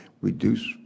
reduce